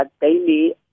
daily